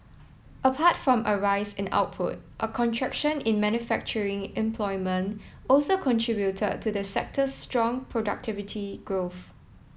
apart from a rise in output a contraction in manufacturing employment also contributed to the sector's strong productivity growth